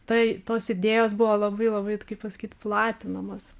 tai tos idėjos buvo labai labai kaip pasakyt platinamos